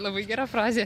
labai gera frazė